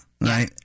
Right